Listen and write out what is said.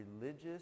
religious